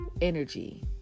energy